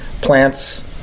plants